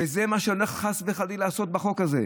וזה מה שהולך לעשות החוק הזה,